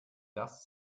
das